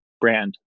brand